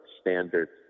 standards